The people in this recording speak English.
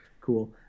cool